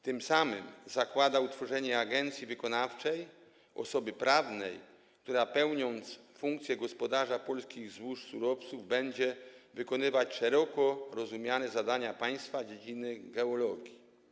Tym samym zakłada utworzenie agencji wykonawczej, osoby prawnej, która pełniąc funkcję gospodarza polskich złóż surowców, będzie wykonywać szeroko rozumiane zadania państwa z dziedziny geologii.